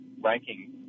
ranking